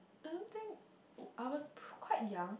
I don't think I was quite young